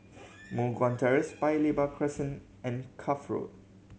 Moh Guan Terrace Paya Lebar Crescent and Cuff Road